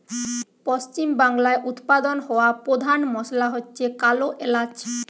পশ্চিমবাংলায় উৎপাদন হওয়া পোধান মশলা হচ্ছে কালো এলাচ